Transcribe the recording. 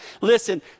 Listen